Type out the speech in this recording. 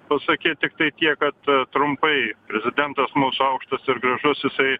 pasakyt tiktai tiek kad a trumpai prezidentas mūsų aukštas ir gražus jisai